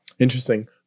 Interesting